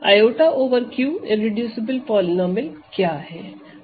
i over Q irreducible polynomial क्या है